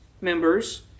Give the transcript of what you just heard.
members